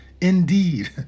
indeed